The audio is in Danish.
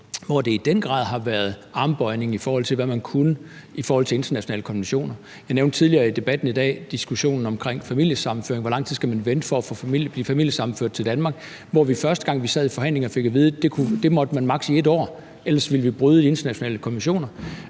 hvor der i den grad har været tale om armlægning, i forhold til hvad man kunne, når det gjaldt internationale konventioner. Jeg nævnte tidligere i debatten i dag diskussionen om familiesammenføringer, altså hvor lang tid man skal vente for at blive familiesammenført til Danmark. Første gang vi sad i forhandlinger, fik vi at vide, at man maks. skulle vente 1 år, for ellers ville vi bryde internationale konventioner.